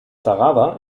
tarawa